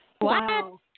Wow